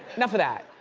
enough of that.